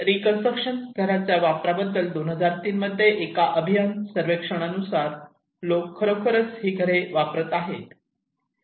reconstruction घराचा वापरा बद्दल 2003 मध्ये एका अभियान सर्वेक्षणानुसार लोक खरोखरच ही घरे वापरत आहेत